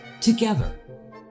together